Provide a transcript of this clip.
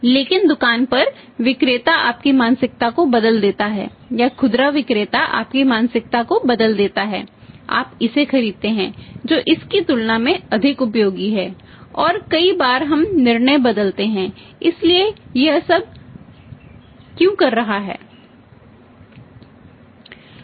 लेकिन दुकान पर विक्रेता आपकी मानसिकता को बदल देता है या खुदरा विक्रेता आपकी मानसिकता को बदल देता है आप इसे खरीदते हैं जो इसकी तुलना में अधिक उपयोगी है और कई बार हम निर्णय बदलते हैं इसलिए वह यह सब क्यों कर रहा है